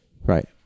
Right